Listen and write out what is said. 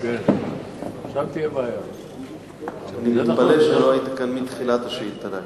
אני מתפלא שלא היית כאן מתחילת השאילתא להקשיב.